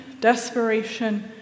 desperation